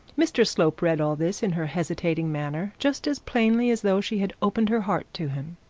mr slope read all this in her hesitating manner just as plainly as though she had opened her heart to him.